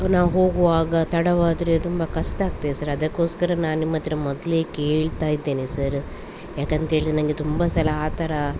ನಾವು ಹೋಗುವಾಗ ತಡವಾದರೆ ತುಂಬ ಕಷ್ಟ ಆಗ್ತದೆ ಸರ ಅದಕೋಸ್ಕರ ನಾನು ನಿಮ್ಮಹತ್ರ ಮೊದಲೇ ಕೇಳ್ತಾಯಿದ್ದೇನೆ ಸರ ಯಾಕಂತೇಳಿದರೆ ನಂಗೆ ತುಂಬ ಸಲ ಆ ಥರ